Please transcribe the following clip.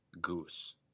goose